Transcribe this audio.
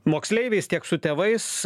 moksleiviais tiek su tėvais